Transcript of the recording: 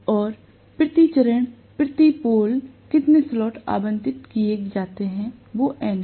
और चरण प्रति चरण प्रति पोल कितने स्लॉट्स आवंटित किए जाते हैं वो N है